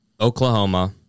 Oklahoma